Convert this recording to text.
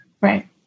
Right